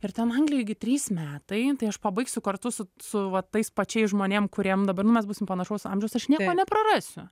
ir ten anglijoj gi trys metai tai aš pabaigsiu kartu su su va tais pačiais žmonėm kuriem dabar mes būsim panašaus amžiaus aš nieko neprarasiu